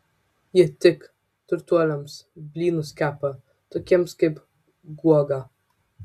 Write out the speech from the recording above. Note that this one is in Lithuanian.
ji tik turtuoliams blynus kepa tokiems kaip guoga